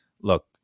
look